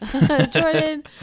Jordan